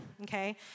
okay